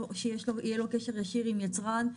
או שיהיה לו קשר ישיר עם יצרן,